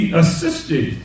assisted